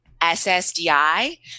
SSDI